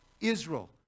Israel